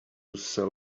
sell